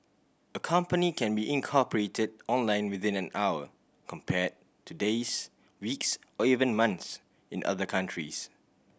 a company can be incorporated online within an hour compared to days weeks or even months in other countries